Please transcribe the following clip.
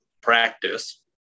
practice